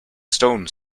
stone